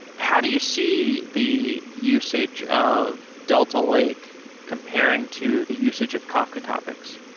how do you see the usage of delta lake comparing to the usage of kafka topics?